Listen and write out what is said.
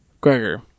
Gregor